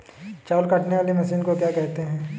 चावल काटने वाली मशीन को क्या कहते हैं?